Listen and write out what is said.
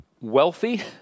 wealthy